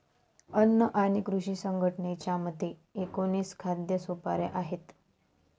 अन्न आणि कृषी संघटनेच्या मते, एकोणीस खाद्य सुपाऱ्या आहेत